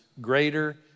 greater